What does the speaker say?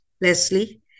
Leslie